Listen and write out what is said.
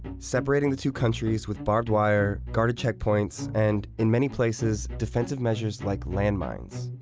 separating the two countries with barbed wire, guarded checkpoints, and, in many places, defensive measures like land mines.